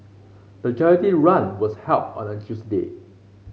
the charity run was held on a Tuesday